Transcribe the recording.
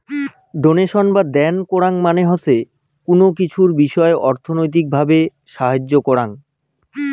donation বা দেন করাং মানে হসে কুনো কিছুর বিষয় অর্থনৈতিক ভাবে সাহায্য করাং